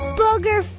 booger